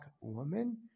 woman